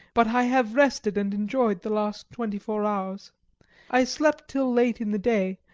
but i have rested and enjoyed the last twenty-four hours. i slept till late in the day,